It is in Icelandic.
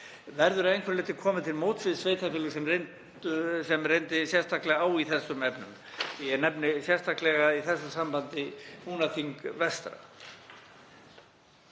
Verður að einhverju leyti komið til móts við sveitarfélög sem reyndi sérstaklega á í þessum efnum? Ég nefni sérstaklega í þessu sambandi Húnaþing vestra.